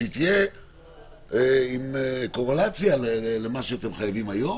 שתהיה עם קורלציה למה שאתם חייבים היום